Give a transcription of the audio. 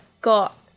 got